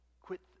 quit